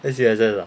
S_U_S_S ah